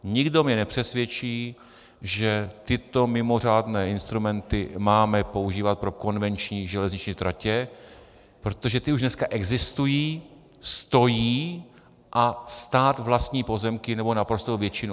Nikdo mě nepřesvědčí, že tyto mimořádné instrumenty máme používat pro konvenční železniční tratě, protože ty už dneska existují, stojí a stát vlastní pozemky, nebo naprostou většinu.